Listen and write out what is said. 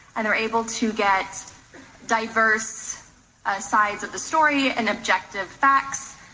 and they're able to get diverse sides of the story and objective facts,